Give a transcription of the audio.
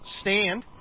stand